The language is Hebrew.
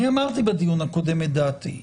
אני אמרתי בדיון הקודם את דעתי.